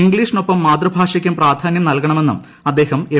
ഇംഗ്ലീഷിനൊപ്പം മാതൃഭാഷയ്ക്കും പ്രാധാനൃം നൽകണമെന്നും അദ്ദേഹം എം